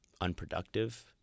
unproductive